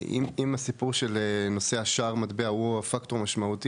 אם הסיפור של נושא השער מטבע הוא הפקטור המשמעותי